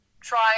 try